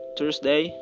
Thursday